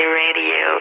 radio